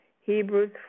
Hebrews